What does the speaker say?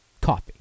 coffee